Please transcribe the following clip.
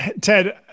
Ted